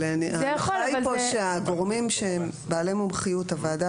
אבל הגישה פה היא שהגורמים הם בעלי מומחיות והוועדה